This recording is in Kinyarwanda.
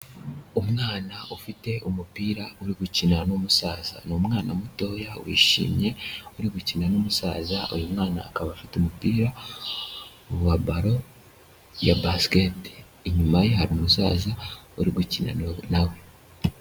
Umwana ufite umupira uri gukina n'umusaza, ni umwana mutoya wishimye uri gukina n'umusaza, uyu mwana akaba afite umupira wa ballon ya basket. Inyuma ye hari umusaza uri gukinana na we.